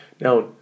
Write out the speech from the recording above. now